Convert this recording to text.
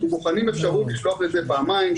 אנחנו בוחנים אפשרות לשלוח את זה פעמיים,